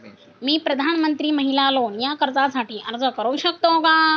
मी प्रधानमंत्री महिला लोन या कर्जासाठी अर्ज करू शकतो का?